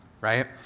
right